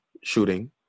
shooting